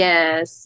Yes